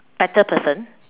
better person